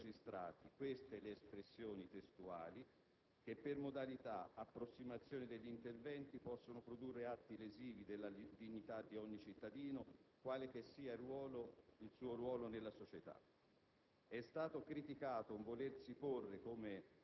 È stata criticata quella minoranza di magistrati (queste le espressioni testuali) che per modalità, approssimazione degli interventi possono produrre atti lesivi della dignità di ogni cittadino, quale che sia il suo ruolo nella società.